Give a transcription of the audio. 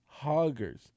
hoggers